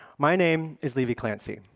my name is levi clancy.